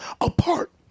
apart